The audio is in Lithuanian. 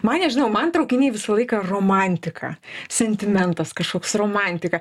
man nežinau man traukiniai visą laiką romantika sentimentas kažkoks romantika